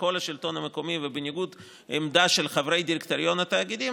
כל השלטון המקומי ובניגוד לעמדה של חברי דירקטוריון התאגידים,